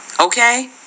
Okay